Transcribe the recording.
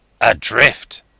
adrift